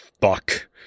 fuck